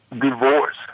divorce